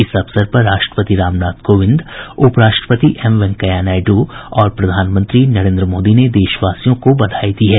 इस अवसर पर राष्ट्रपति रामनाथ कोविंद उपराष्ट्रपति एम वेंकैया नायड् और प्रधानमंत्री नरेंद्र मोदी ने देशवासियों को बधाई दी है